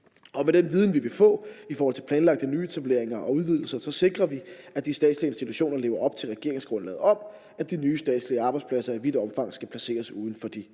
Med den viden, vi vil få i forhold til planlagte nyetableringer og udvidelser, sikrer vi, at de statslige institutioner lever op til regeringsgrundlaget, i forhold at de nye statslige arbejdspladser i vidt omfang skal placeres uden for de